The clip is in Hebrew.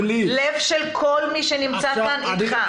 ליבו של כל מי שנמצא כאן איתך.